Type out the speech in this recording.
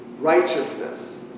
righteousness